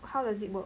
how does it work